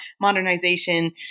modernization